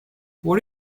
what